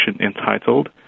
entitled